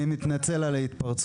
אני מתנצל על ההתפרצות.